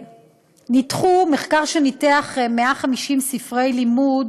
מחקר שניתח 150 ספרי לימוד